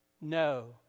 no